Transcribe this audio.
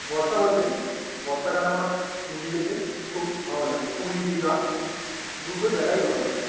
বর্ষা বলতে বর্ষাকাল আমার পুরী যেতে খুব ভালো লাগে পুরী দীঘা দুটো জায়গাই ভালো লাগে